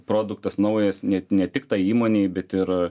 produktas naujas net ne tik tai įmonei bet ir